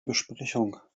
besprechung